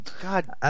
God